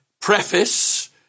preface